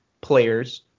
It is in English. players